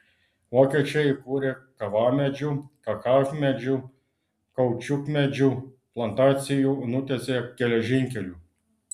vokiečiai įkūrė kavamedžių kakavmedžių kaučiukmedžių plantacijų nutiesė geležinkelių